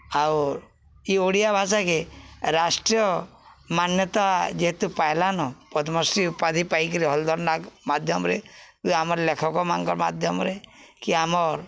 ଆଉ ଇ ଓଡ଼ିଆ ଭାଷାକେ ରାଷ୍ଟ୍ରୀୟ ମାନ୍ୟତା ଯେହେତୁ ପାଏଲାନ ପଦ୍ମଶ୍ରୀ ଉପାଧି ପାଇକିରି ହଲ୍ଧର୍ ନାଗ୍ ମାଧ୍ୟମ୍ରେ ଆମର୍ ଲେଖକମାନ୍କର୍ ମାଧ୍ୟମ୍ରେ କି ଆମର୍